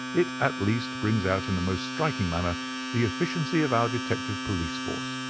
it, at least, brings out in the most striking manner the efficiency of our detective police force,